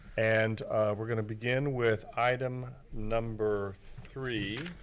and we're gonna begin with item number three,